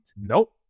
Nope